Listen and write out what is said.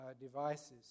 devices